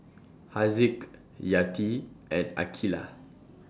Haziq Yati and Aqeelah